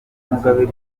mugabe